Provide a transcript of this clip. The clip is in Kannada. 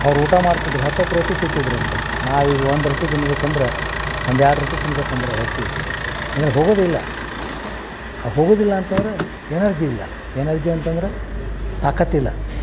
ಅವ್ರು ಊಟ ಮಾಡ್ತಿದ್ರು ಹತ್ತತ್ತು ರೊಟ್ಟಿ ತಿಂತಿದ್ದರಂತೆ ನಾವೀಗ ಒಂದು ರೊಟ್ಟಿ ತಿನ್ನಬೇಕಂದ್ರೆ ಒಂದು ಎರಡು ರೊಟ್ಟಿ ತಿನ್ನಬೇಕಂದ್ರೂ ಅಳ್ತೀವಿ ಅಂದರೆ ಹೋಗುವುದಿಲ್ಲ ಹೋಗುವುದಿಲ್ಲ ಅಂತಂದರೆ ಎನರ್ಜಿ ಇಲ್ಲ ಎನರ್ಜಿ ಅಂತಂದ್ರೆ ತಾಕತ್ತು ಇಲ್ಲ